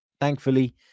thankfully